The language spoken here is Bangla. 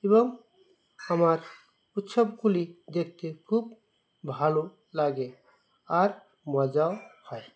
এবং আমার উৎসবগুলি দেখতে খুব ভালো লাগে আর মজাও হয়